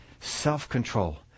self-control